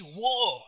war